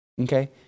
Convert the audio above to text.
Okay